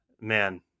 man